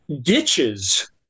ditches